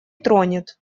тронет